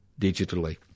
digitally